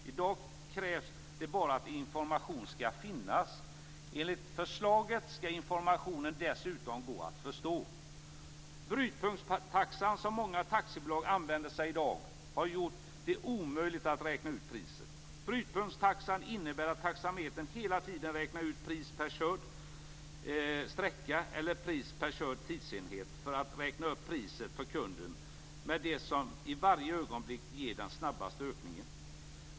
I dag krävs det bara att information skall finnas. Enligt regeringens förslag skall informationen dessutom gå att förstå. Brytpunktstaxan, som många taxibolag använder i dag, har gjort det omöjligt att räkna ut priset. Brytpunktstaxan innebär att taxametern hela tiden räknar ut pris per körd sträcka eller pris per körd tidsenhet för att räkna upp priset för kunden med det som i varje ögonblick ger den snabbaste ökningen.